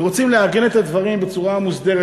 ורוצים לארגן את הדברים בצורה מוסדרת,